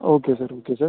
okay sir okay sir